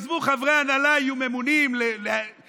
עזבו חברי הנהלה יהיו ממונים קבועים,